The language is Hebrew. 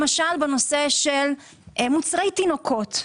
למשל בנושא של מוצרי תינוקות.